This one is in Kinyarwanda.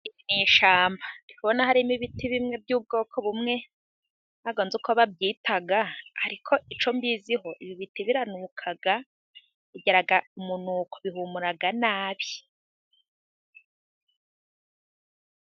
Mu ishyamba ndabona harimo ibiti bimwe by'ubwoko ntago nzi uko babyita, ariko icyo mbiziho ibi biti biranuka, bigira umunuko, bihumura nabi.